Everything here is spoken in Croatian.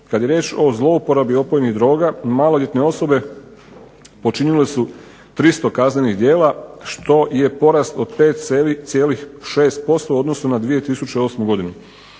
Kad je riječ o zlouporabi opojnih droga maloljetne osobe počinile su 300 kaznenih djela što je porast od 5,6% u odnosu na 2008. godinu.